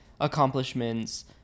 accomplishments